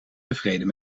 tevreden